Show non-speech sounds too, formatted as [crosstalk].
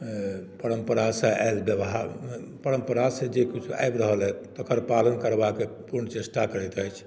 परम्परासँ [unintelligible] जे किछु आबि रहलए तकर पालन करबाक पूर्ण चेष्टा करैत अछि